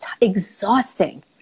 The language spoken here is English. exhausting